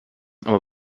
aber